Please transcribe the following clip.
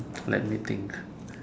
let me think